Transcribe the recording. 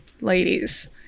Ladies